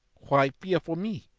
why fear for me?